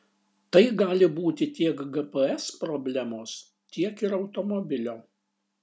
tai gali būti tiek gps problemos tiek ir automobilio